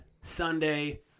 Sunday